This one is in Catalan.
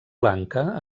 lanka